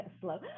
slow